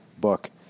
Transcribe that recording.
book